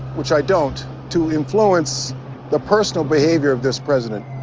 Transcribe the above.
which i don't, to influence the personal behavior of this president,